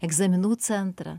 egzaminų centrą